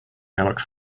airlock